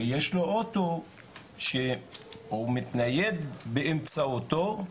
ויש לו אוטו שהוא מתנייד באמצעותו.